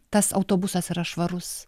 tas autobusas yra švarus